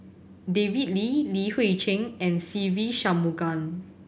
David Lim Li Hui Cheng and Se Ve Shanmugam